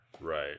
right